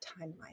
timeline